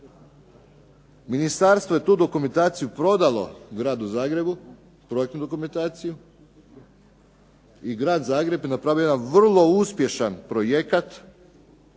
Ministarstvo je tu dokumentaciju prodalo gradu Zagrebu, projektnu dokumentaciju i grad Zagreb je napravio jedan vrlo uspješan projekat